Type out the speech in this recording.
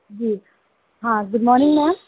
जी हाँ good morning ma'am